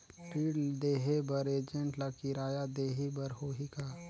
ऋण देहे बर एजेंट ला किराया देही बर होही का?